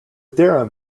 theorem